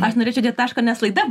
aš norėčiau dėt tašką nes laida